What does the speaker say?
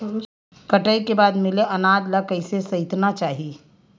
कटाई के बाद मिले अनाज ला कइसे संइतना चाही?